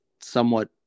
somewhat